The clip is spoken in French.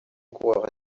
coureur